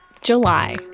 July